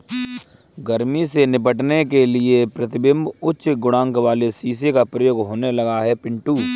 गर्मी से निपटने के लिए प्रतिबिंब उच्च गुणांक वाले शीशे का प्रयोग होने लगा है पिंटू